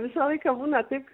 visą laiką būna taip